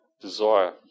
desire